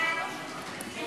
מי